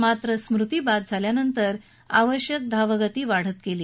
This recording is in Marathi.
मात्र स्मृती बाद झाल्यानंतर आवश्यक धावगती वाढत गेली